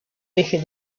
deje